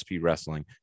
Wrestling